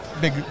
big